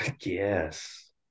Yes